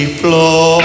floor